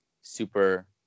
super